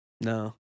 No